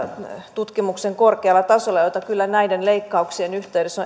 tutkimuksen korkealla tasolla jota kyllä näiden leikkauksien yhteydessä